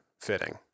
fitting